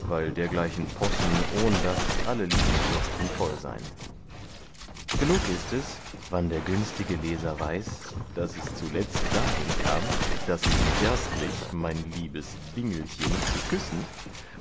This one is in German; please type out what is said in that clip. weil dergleichen possen ohndas alle liebsschriften voll sein genug ist es wann der günstige leser weiß daß es zuletzt dahinkam daß ich erstlich mein liebes dingelchen zu küssen